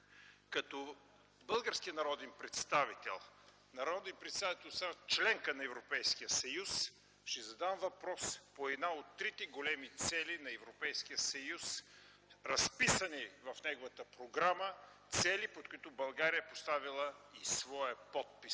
Като български народен представител, народен представител от страна – членка на Европейския съюз, ще задам въпрос по една от трите големи цели на Европейския съюз, разписани в неговата програма, цели, под които България е поставила своя подпис,